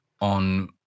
on